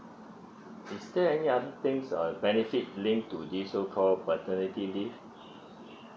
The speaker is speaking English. is there any other things or benefits link to this so called paternity leave